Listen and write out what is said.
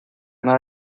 nada